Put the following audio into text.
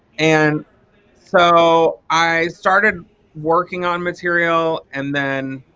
and so i started working on material and then